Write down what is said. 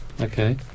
okay